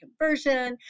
conversion